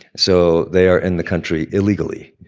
so they are in the country illegally.